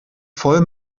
voll